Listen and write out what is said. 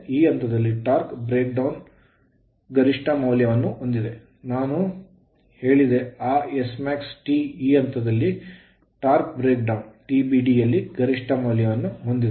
ಈ ಹಂತದಲ್ಲಿ torque breakdown TBD ಯಲ್ಲಿ ಗರಿಷ್ಠ ಮೌಲ್ಯವನ್ನು ಹೊಂದಿದೆ ನಾನು ಹೇಳಿದೆ ಆ SmaxT ಈ ಹಂತದಲ್ಲಿ ಟಾರ್ಕ್ ಬ್ರೇಕ್ ಡೌನ್ TBD ಯಲ್ಲಿ ಗರಿಷ್ಠ ಮೌಲ್ಯವನ್ನು ಹೊಂದಿದೆ